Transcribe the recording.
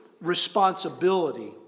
responsibility